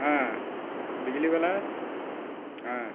ᱦᱮᱸ ᱵᱤᱡᱽᱞᱤ ᱵᱟᱞᱟ ᱦᱮᱸ